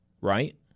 right